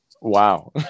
Wow